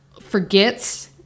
forgets